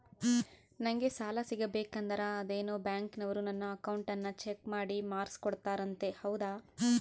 ನಂಗೆ ಸಾಲ ಸಿಗಬೇಕಂದರ ಅದೇನೋ ಬ್ಯಾಂಕನವರು ನನ್ನ ಅಕೌಂಟನ್ನ ಚೆಕ್ ಮಾಡಿ ಮಾರ್ಕ್ಸ್ ಕೊಡ್ತಾರಂತೆ ಹೌದಾ?